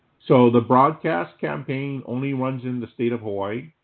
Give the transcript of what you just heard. so the broadcast campaign only runs in the state of hawaii